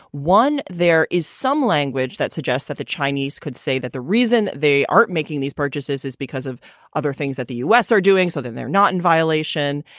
one, there is some language that suggests that the chinese could say that the reason they aren't making these purchases is because of other things that the u s. are doing so that they're not in violation.